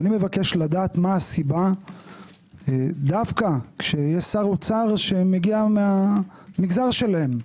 אני מבקש לדעת מה הסיבה דווקא כשיש שר אוצר שמגיע מהמגזר שלהם,